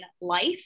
life